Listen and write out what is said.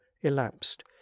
elapsed